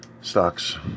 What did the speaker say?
stocks